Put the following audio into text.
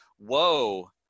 woe